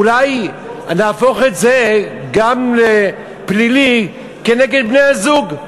אולי נהפוך את זה גם לפלילי כנגד בני-הזוג?